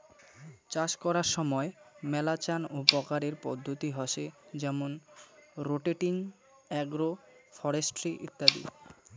চাষ করার সময় মেলাচান প্রকারের পদ্ধতি হসে যেমন রোটেটিং, আগ্রো ফরেস্ট্রি ইত্যাদি